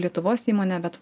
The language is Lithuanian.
lietuvos įmonė bet